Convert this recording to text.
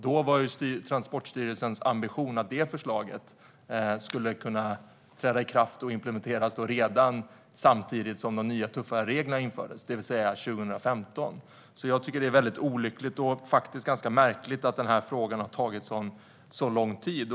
Då var Transportstyrelsens ambition att förslaget skulle kunna träda i kraft och implementeras redan när de nya tuffa reglerna infördes, det vill säga 2015. Jag tycker att det är olyckligt och faktiskt ganska märkligt att den här frågan har tagit så lång tid.